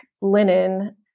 linen